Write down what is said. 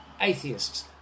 atheists